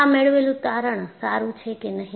આ મેળવેલુ તારણ સારું છે કે નહી